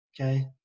Okay